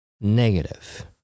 negative